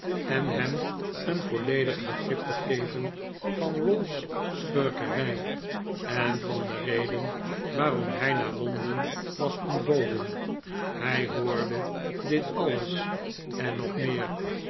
en hem een volledig begrip te geven van ralph's schurkerij en van de redeh waarom hij naar londen was ontboden hij hoorde dit alles en nog meer